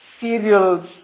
cereals